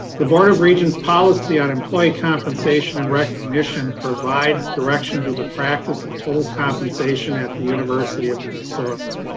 the board of regents policy on employee compensation and recognition provides direction to the practice of total compensation at the university of minnesota.